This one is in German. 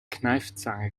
kneifzange